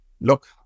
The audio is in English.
look